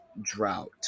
drought